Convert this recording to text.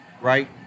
right